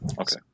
Okay